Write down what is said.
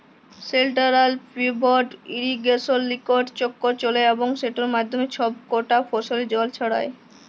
central pivot ইরিগেসলে ইকট চক্কর চলে এবং সেটর মাধ্যমে ছব কটা ফসলে জল ছড়ায়